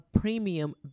premium